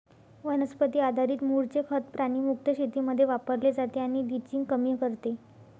वनस्पती आधारित मूळचे खत प्राणी मुक्त शेतीमध्ये वापरले जाते आणि लिचिंग कमी करते